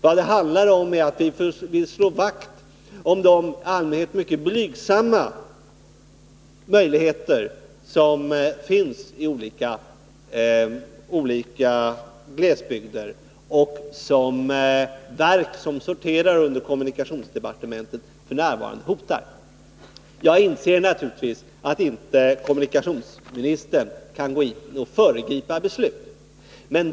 Vad det handlar om är att vi vill slå vakt om de i allmänhet mycket blygsamma möjligheter som finns i olika glesbygder och som verk som sorterar under kommunikationsdepartementet f. n. hotar. Jag inser naturligtvis att kommunikationsministern inte kan gå in och föregripa beslut.